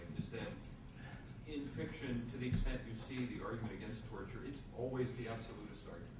is that in fiction to the extent you see the argument against torture, it's always the absolutest